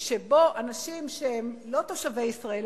שבו אנשים שהם לא תושבי ישראל,